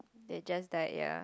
that just died ya